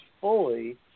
fully